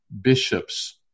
bishops